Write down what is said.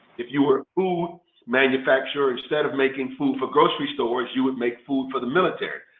if you were a food manufacturer, instead of making food for grocery stores, you would make food for the military.